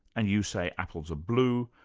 and you say apples are blue,